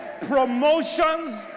promotions